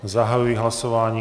Zahajuji hlasování.